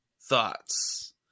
thoughts